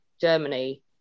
Germany